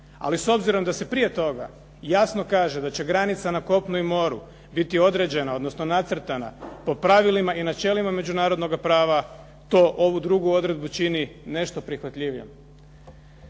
ali s obzirom da se prije toga jasno kaže da će granica na kopnu i moru biti određena, odnosno nacrtana po pravilima i načelima međunarodnoga prava, to ovu drugu odredbu čini nešto prihvatljivijom.